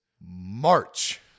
March